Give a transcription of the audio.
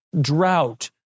drought